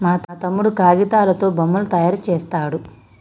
మా తమ్ముడు కాగితాలతో బొమ్మలు తయారు చేస్తాడు